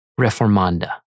Reformanda